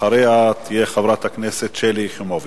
אחריה, חברת הכנסת שלי יחימוביץ.